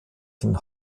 den